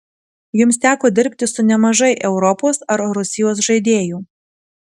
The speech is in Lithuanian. jums teko dirbti su nemažai europos ar rusijos žaidėjų